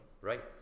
Right